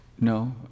No